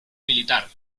militar